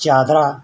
ਚਾਦਰਾਂ